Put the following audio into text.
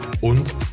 Und